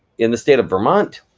in the state of vermont.